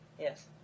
Yes